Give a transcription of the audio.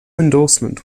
endorsement